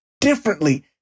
differently